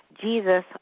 Jesus